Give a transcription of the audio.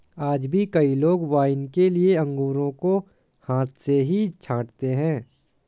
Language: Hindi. आज भी कई लोग वाइन के लिए अंगूरों को हाथ से ही छाँटते हैं